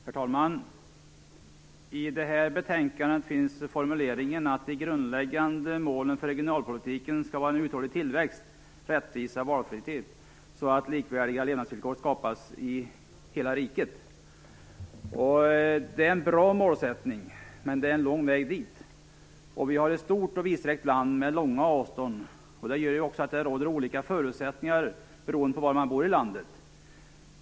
Herr talman! I det här betänkandet finns formuleringen att de grundläggande målen för regionalpolitiken skall vara en uthållig tillväxt, rättvisa och valfrihet så att likvärdiga levnadsvillkor skapas i hela riket. Det är en bra målsättning, men det är en lång väg dit. Vi har ett stort och vidsträckt land med långa avstånd, och det gör att det råder olika förutsättningar beroende på var man bor i landet.